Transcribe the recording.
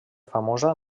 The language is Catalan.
famosa